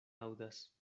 aŭdas